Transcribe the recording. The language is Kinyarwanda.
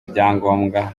ibyangombwa